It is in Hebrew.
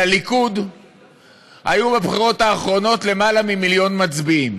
לליכוד היו בבחירות האחרונות למעלה ממיליון מצביעים.